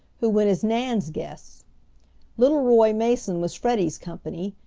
who went as nan's guests little roy mason was freddie's company,